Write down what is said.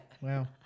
Wow